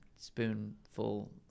spoonful